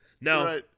No